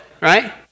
right